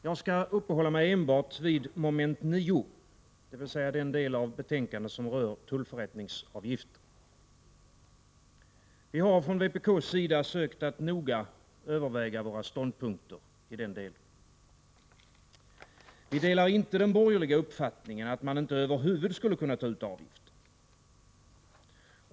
Herr talman! Jag skall uppehålla mig enbart vid mom. 9, dvs. den del av betänkandet som rör tullförrättningsavgifter. Vi har från vpk:s sida sökt att noga överväga våra ståndpunkter i den delen. Vi delar inte den borgerliga uppfattningen att man inte över huvud taget skulle kunna ta ut avgifter.